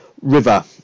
River